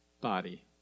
body